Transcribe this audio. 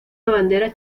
bandera